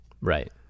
Right